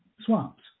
swamps